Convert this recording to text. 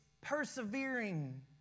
persevering